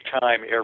time